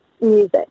music